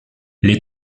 les